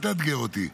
אל תאתגר אותי.